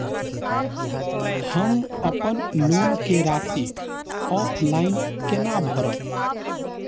हम अपन लोन के राशि ऑफलाइन केना भरब?